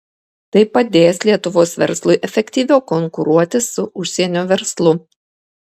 tai padės lietuvos verslui efektyviau konkuruoti su užsienio verslu